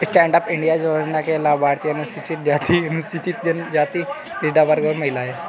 stand up India योजना के लाभार्थी अनुसूचित जाति, अनुसूचित जनजाति, पिछड़ा वर्ग और महिला है